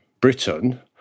Britain